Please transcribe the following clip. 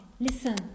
listen